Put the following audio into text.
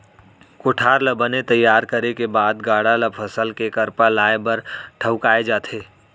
कोठार ल बने तइयार करे के बाद गाड़ा ल फसल के करपा लाए बर ठउकाए जाथे